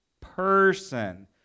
person